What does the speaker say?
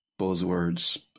buzzwords